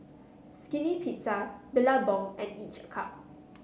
Skinny Pizza Billabong and each a cup